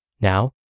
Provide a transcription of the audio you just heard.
Now